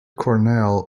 cornell